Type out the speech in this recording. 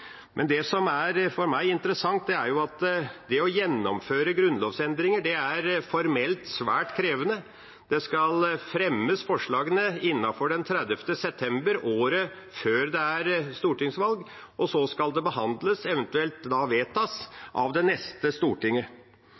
Det som er interessant for meg, er at det å gjennomføre grunnlovsendringer er formelt svært krevende. Forslagene skal fremmes innen 30. september året før et stortingsvalg, og så behandles, eventuelt vedtas, av det neste stortinget.